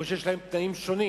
או שיש להם תנאים שונים?